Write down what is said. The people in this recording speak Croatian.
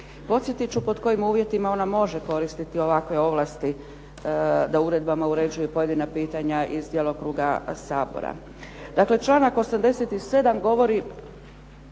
Podsjetit ću pod kojim uvjetima ona može koristiti ovakve ovlasti da uredbama uređuje pojedina pitanja iz djelokruga Sabora. Dakle, članak 87. govori